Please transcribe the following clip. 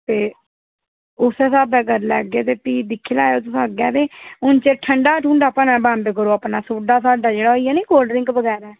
ते उस्सै स्हाबै करी लैगे ते भी दिक्खी लैएओ तुस अग्गें ते उन्ने चिर ठंडा ठुंडा भलेआं बंद करो तुस अपना सोह्ड्डा साड्ढा जेह्ड़ा बी ऐ निं कोल्ड ड्रिंक बगैरै